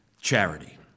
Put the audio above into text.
charity